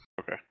Okay